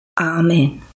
Amen